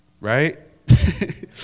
right